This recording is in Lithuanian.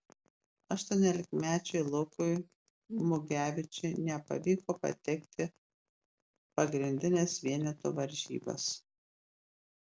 aštuoniolikmečiui lukui mugevičiui nepavyko patekti pagrindines vienetų varžybas